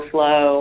Flow